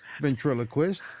ventriloquist